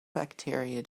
bacteria